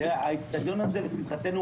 תראה, האצטדיון הזה, לשמחתנו,